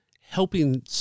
helping